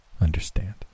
understand